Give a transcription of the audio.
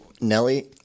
Nelly